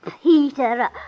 Peter